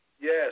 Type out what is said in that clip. Yes